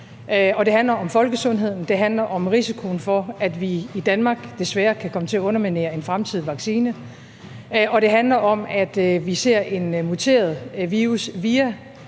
det handler om folkesundheden, det handler om risikoen for, at vi i Danmark desværre kan komme til at underminere en fremtidig vaccine. Og det handler om, at vi ser en muteret virus via